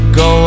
go